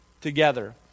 together